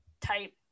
type